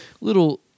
little